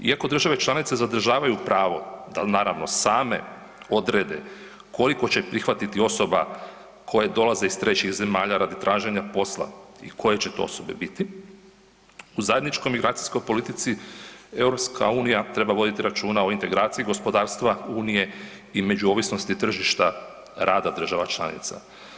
Iako države članice zadržavaju pravo, da naravno same odrede koliko će prihvatiti osoba koje dolaze iz trećih zemalja radi traženja posla i koje će to osobe biti u zajedničkoj migracijskoj politici EU treba voditi računa o integraciji gospodarstva Unije i međuovisnosti tržišta rada država članica.